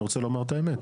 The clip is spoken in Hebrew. אני רוצה לומר את האמת.